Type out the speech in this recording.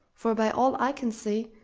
for by all i can see,